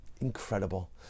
incredible